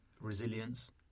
resilience